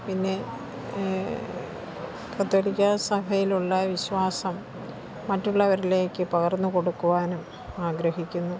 പിന്നെ കത്തോലിക്ക സഭയിലുള്ള വിശ്വാസം മറ്റുള്ളവരിലേക്ക് പകർന്ന് കൊടുക്കുവാനും ആഗ്രഹിക്കുന്നു